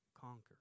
conquer